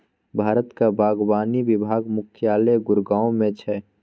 भारतक बागवानी विभाग मुख्यालय गुड़गॉव मे छै